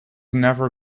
never